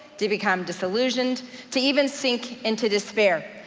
to become disillusioned, to even sink into despair.